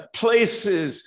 places